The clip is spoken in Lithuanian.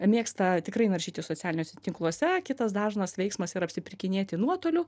mėgsta tikrai naršyti socialiniuose tinkluose kitas dažnas veiksmas ir apsipirkinėti nuotoliu